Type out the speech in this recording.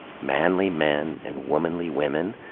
manly men and womanly women?